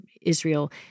Israel